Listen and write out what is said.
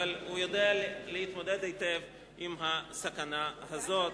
אבל הוא יודע להתמודד היטב עם הסכנה הזאת.